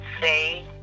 say